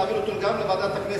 להעביר גם אותו לוועדת הכנסת,